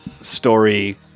story